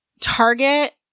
Target